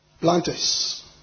planters